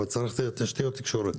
אבל צריכות להיות תשתיות תקשורת.